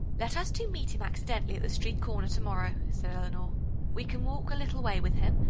let us two meet him accidentally at the street corner to-morrow, said eleanor we can walk a little way with him,